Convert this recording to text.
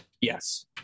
Yes